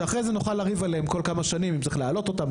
שאחרי זה נוכל לריב עליהם כל כמה שנים אם צריך להעלות אותם,